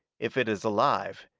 if it is alive,